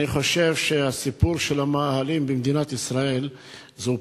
אני חושב שהסיפור של המאהלים במדינת ישראל זהו